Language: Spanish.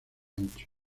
ancho